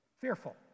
fearful